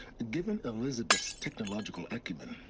given elisabet's technological acumen.